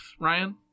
ryan